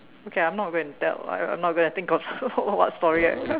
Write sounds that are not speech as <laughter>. okay I'm not going to tell I I'm not going think of <laughs> what what story I <laughs>